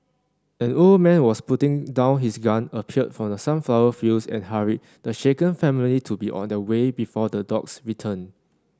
an old man was putting down his gun appeared from the sunflower fields and hurried the shaken family to be on their way before the dogs return